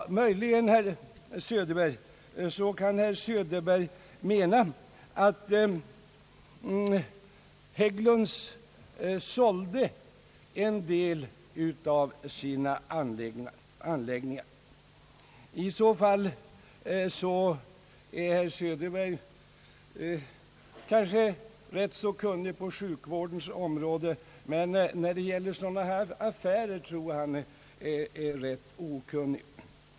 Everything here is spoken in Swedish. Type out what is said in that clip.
Möjligen kan herr Söderberg mena, att Hägglund & söner sålde en del av sina anläggningar. Herr Söderberg är kanske rätt så kunnig på sjukvårdens område, men när det gäl ler sådana här affärer tror jag att han är rätt okunnig.